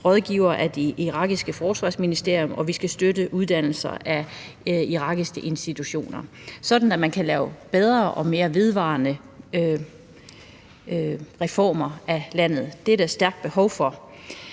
rådgivere for det irakiske forsvarsministerium, og vi skal støtte uddannelse i irakiske institutioner, sådan at man kan lave bedre og mere vedvarende reformer af landet – det er der stærkt behov for.